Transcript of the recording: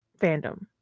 fandom